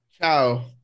Ciao